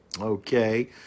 Okay